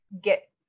get